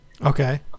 okay